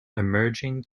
emerging